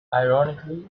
ironically